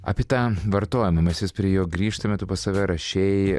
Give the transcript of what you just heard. apie tą vartojimą mes vis prie jo grįžtame tu pas save rašei